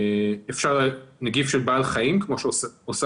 אפשר לקחת נגיף של בעל חיים כמו שעושה